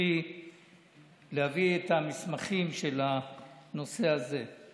הנושא הזה של